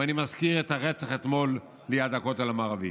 ואני מזכיר את הרצח אתמול ליד הכותל המערבי.